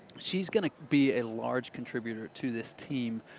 she's going to be a large contributor to this team.